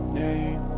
name